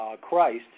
Christ